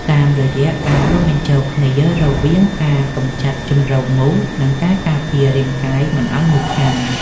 តាមរយៈការរួមបញ្ចូលគ្នារវាងការកម្ចាត់ជម្រកមូស និងការការពាររាងកាយមិនឱ្យមូសខាំ។